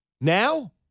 Now